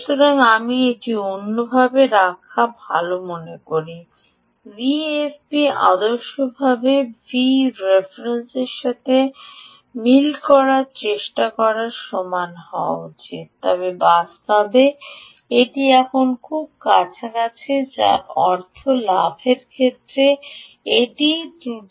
সুতরাং আমি এটি অন্যভাবে রাখা ভাল বলে মনে করি VFB আদর্শভাবে Vref সাথে মিল করার চেষ্টা করার সমান হওয়া উচিত তবে বাস্তবে এটি এখন খুব কাছাকাছি যার অর্থ লাভের ক্ষেত্রে এটিই ত্রুটি